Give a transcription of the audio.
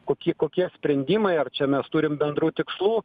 koki kokie sprendimai ar čia mes turim bendrų tikslų